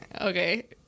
Okay